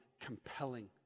compelling